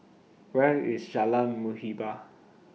Where IS Jalan Muhibbah